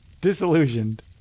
Disillusioned